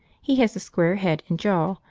he has a square head and jaw,